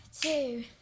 two